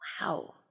Wow